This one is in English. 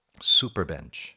Superbench